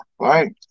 Right